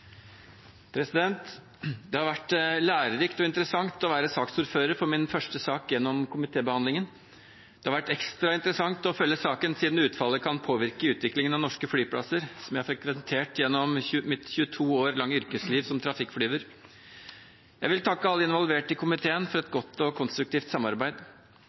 sak gjennom komitébehandlingen. Det har vært ekstra interessant å følge saken, siden utfallet kan påvirke utviklingen av norske flyplasser, som jeg har frekventert gjennom mitt 22 år lange yrkesliv som trafikkflyver. Jeg vil takke alle involverte i komiteen for et godt og konstruktivt samarbeid.